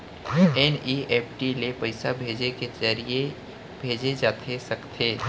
NEFT ले पइसा mobile के ज़रिए भेजे जाथे सकथे?